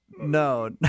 No